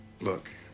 Look